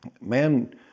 man